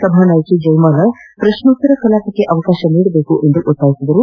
ಸಭಾನಾಯಕಿ ಜಯಮಾಲ ಪ್ರಶ್ನೋತ್ತರ ಕಲಾಪಕ್ಕೆ ಅವಕಾಶ ನೀಡಬೇಕೆಂದು ಒತ್ತಾಯಿಸಿದರು